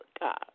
God